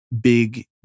big